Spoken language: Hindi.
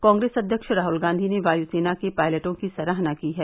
कांग्रेस अध्यक्ष राहुल गांधी ने वायुसेना के पायलटों की सराहना की है